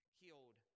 healed